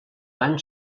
van